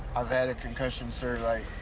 i've had a concussion, sir. like,